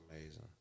amazing